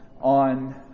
on